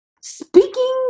speaking